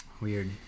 weird